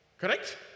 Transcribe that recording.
Correct